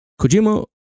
Kojima